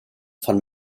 von